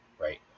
right